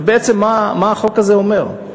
ובעצם, מה החוק הזה אומר?